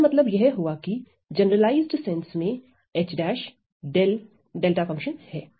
इसका मतलब यह हुआ की जनरलाइज्ड सेंस में H′ 𝜹 है